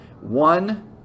one